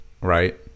right